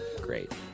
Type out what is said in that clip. great